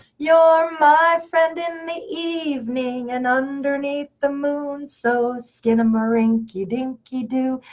you're my friend in the evening, and underneath the moon. so skinnamarink-a-dinky-doo.